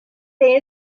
day